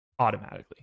Automatically